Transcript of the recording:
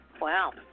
Wow